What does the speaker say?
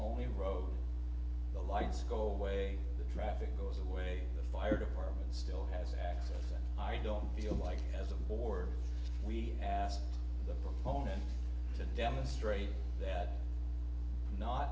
only road the lights go away the traffic goes away the fire department still has access i don't feel like as a war we asked the proponent to demonstrate that not